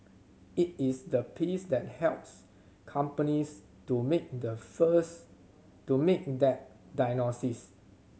it is the piece that helps companies to make the first to make that diagnosis